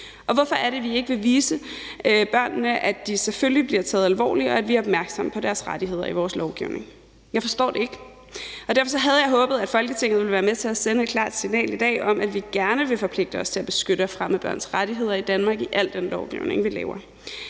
og hvorfor vil vi ikke vise børnene, at de selvfølgelig bliver taget alvorligt, og at vi er opmærksom på deres rettigheder i vores lovgivning? Jeg forstår det ikke! Derfor havde jeg håbet, at Folketinget ville være med til at sende et klart signal i dag om, at vi gerne vil forpligte os til at beskytte og fremme børns rettigheder i Danmark i al den lovgivning, vi laver.